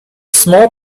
small